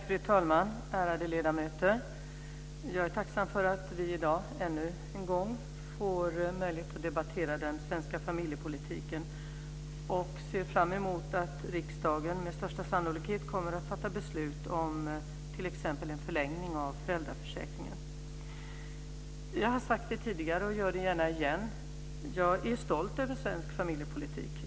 Fru talman! Ärade ledamöter! Jag är tacksam för att vi i dag ännu en gång får möjlighet att debattera den svenska familjepolitiken. Jag ser fram emot att riksdagen med största sannolikhet kommer att fatta beslut om t.ex. en förlängning av föräldraförsäkringen. Jag har sagt det tidigare och gör det gärna igen: Jag är stolt över svensk familjepolitik.